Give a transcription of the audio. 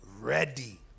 ready